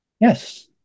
Yes